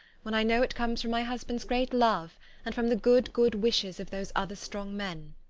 when i know it comes from my husband's great love and from the good, good wishes of those other strong men.